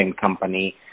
company